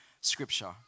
Scripture